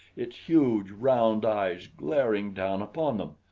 its huge, round eyes glaring down upon them.